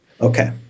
Okay